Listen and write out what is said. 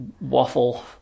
waffle